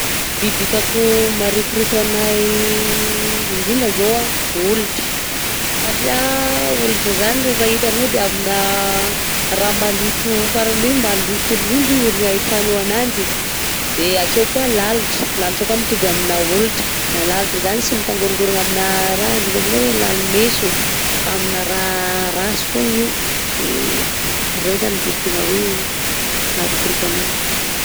Biby hitako marikoriko agnahy indrindra zao an olitra satria olitra zany rehefa hitanao de amina raha maloto farany hoe maloto indrindra izy no ahitanao ananjy, de akeo koà lalitra lalitra koà mitovy amina olitra na lalitra zany tsy mitangoringorigna amina raha indrindra indrindra hoe lali-mentso fa amina raha ratsy fogna io de reo zany ny biby tegna hoe marikoriko anay.